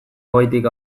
hogeitik